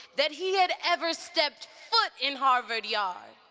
that he had ever stepped foot in harvard yard.